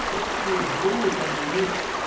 so viel blut um mich